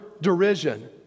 derision